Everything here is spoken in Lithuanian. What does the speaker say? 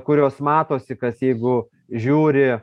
kurios matosi kas jeigu žiūri